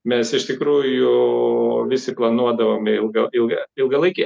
mes iš tikrųjų visi planuodavome ilga ilga ilgalaikė